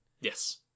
Yes